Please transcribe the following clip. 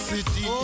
City